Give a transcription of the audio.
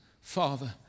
Father